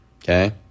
okay